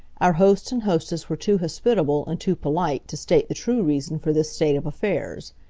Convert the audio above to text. our host and hostess were too hospitable and too polite to state the true reason for this state of affairs.